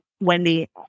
Wendy